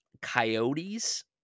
coyotes